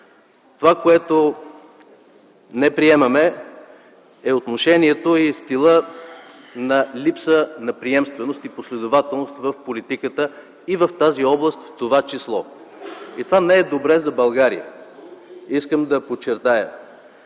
Това, което не приемаме, е отношението и стилът на липса на приемственост и последователност в политиката, в това число и в тази област. Това не е добре за България. Искам също така